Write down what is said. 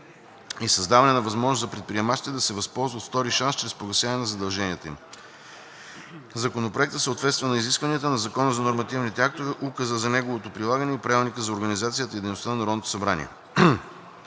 и създаване на възможност за предприемачите да се възползват от втори шанс чрез погасяване на задълженията им. Законопроектът съответства на изискванията на Закона за нормативните актове, Указа за неговото прилагане и Правилника за организацията и